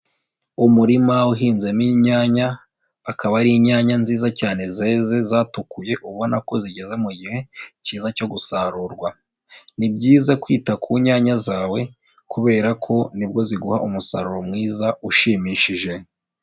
Umurima uhinzemo inyanya, akaba ari inyanya nziza cyane zeze zatukuye, ubona ko zigeze mu gihe cyiza cyo gusarurwa. Ni byiza kwita ku nyanya zawe, kubera ko ni bwo ziguha umusaruro mwiza ushimishije.